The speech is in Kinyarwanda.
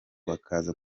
bakaza